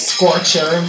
Scorcher